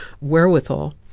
wherewithal